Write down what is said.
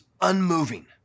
unmoving